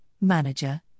manager